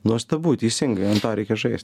nuostabu teisingai ant to reikia žais